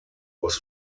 was